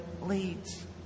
leads